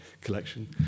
collection